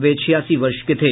वे छियासी वर्ष के थे